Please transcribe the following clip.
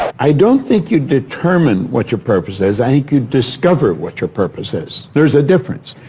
i don't think you determine what your purpose is, i think you discover what your purpose is. there's a difference.